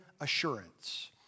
assurance